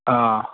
অঁ